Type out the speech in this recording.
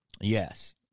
Yes